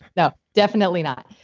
no, definitely not.